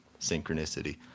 synchronicity